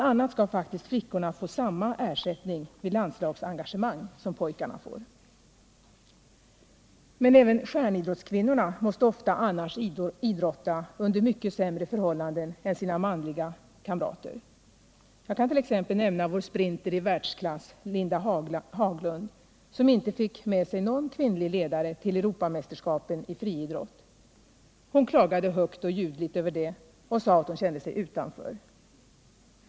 a. skall faktiskt flickorna få samma ersättning vid landslagsengagemang som pojkarna får. Men även ”stjärnidrottskvinnor” måste ofta idrotta under mycket sämre förhållanden än sina manliga kamrater. Jag kan t.ex. nämna vår sprinter i världsklass, Linda Haglund, som inte fick med sig någon kvinnlig ledare till Europamästerskapen i friidrott. Hon klagade högt och ljudligt över detta och sade, att hon kände sig ”utanför”.